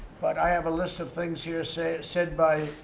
but i have a list of things here said said by